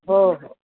हो हो